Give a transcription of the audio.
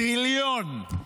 טריליון.